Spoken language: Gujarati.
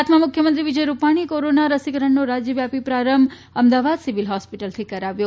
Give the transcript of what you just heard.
ગુજરાતમાં મુખ્યમંત્રી વિજય રૂપાણીએ કોરોના રસીકરણનો રાજ્યવ્યાપી પ્રારંભ અમદાવાદ સિવિલ હોસ્પિટલથી કરાવ્યો